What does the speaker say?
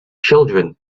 children